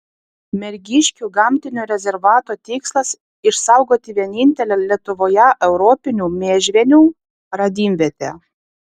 mergiškių gamtinio rezervato tikslas išsaugoti vienintelę lietuvoje europinių miežvienių radimvietę